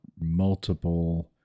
multiple